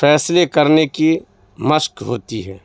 فیصلے کرنے کی مشق ہوتی ہے